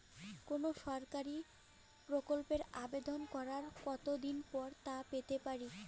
কোনো সরকারি প্রকল্পের আবেদন করার কত দিন পর তা পেতে পারি?